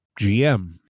GM